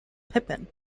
pippin